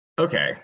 Okay